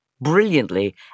brilliantly